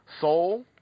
Soul